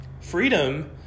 Freedom